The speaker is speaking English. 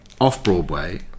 off-Broadway